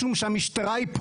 משה, תודה.